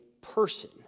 person